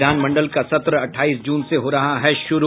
विधानमंडल का सत्र अठाईस जून से हो रहा है शुरू